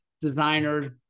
designers